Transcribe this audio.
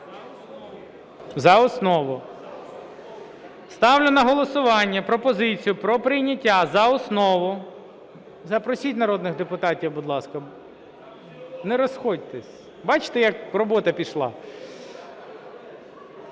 За основу. Ставлю на голосування пропозицію про прийняття за основу... Запросіть народних депутатів, будь ласка. Не розходьтесь, бачите, як робота пішла.